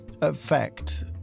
effect